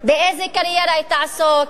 באיזה קריירה היא תעסוק,